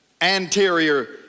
anterior